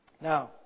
Now